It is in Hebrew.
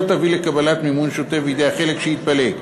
לא תביא לקבלת מימון שוטף בידי החלק שהתפלג,